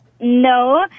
no